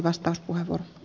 puhemies